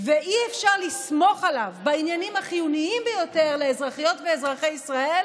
ואי-אפשר לסמוך עליו בעניינים החיוניים ביותר לאזרחיות ואזרחי ישראל